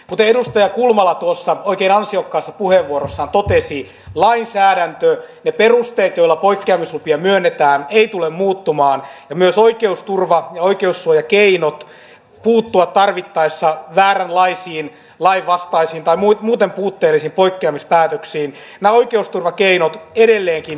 kuten edustaja kulmala oikein ansiokkaassa puheenvuorossaan totesi lainsäädäntö ne perusteet joilla poikkeamislupia myönnetään ei tule muuttumaan ja myös oikeusturva ja oikeussuojakeinot puuttua tarvittaessa vääränlaisiin lainvastaisiin tai muuten puutteellisiin poikkeamispäätöksiin edelleenkin säilyvät